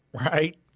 right